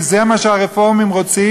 כי זה מה שהרפורמים רוצים,